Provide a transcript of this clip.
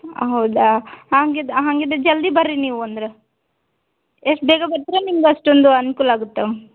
ಹೌದಾ ಹಾಗಿದ್ ಹಾಗಿದ್ರೆ ಜಲ್ದಿ ಬನ್ರಿ ನೀವು ಅಂದರೆ ಎಷ್ಟು ಬೇಗ ಬರ್ತೀರ ನಿಮ್ಗೆ ಅಷ್ಟೊಂದು ಅನುಕೂಲ ಆಗುತ್ತೆ